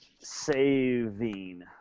Saving